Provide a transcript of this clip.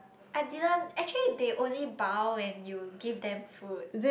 I didn't actually they only bow when you give them food